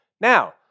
Now